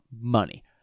money